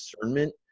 discernment